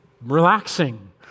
relaxing